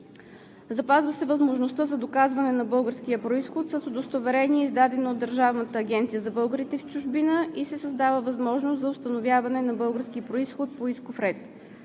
Запазва се възможността за доказване на българския произход с удостоверение, издадено от Държавната агенция за българите в чужбина, и се създава възможност за установяване на български произход по исков ред.